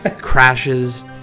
crashes